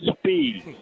speed